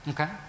Okay